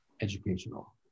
educational